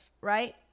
right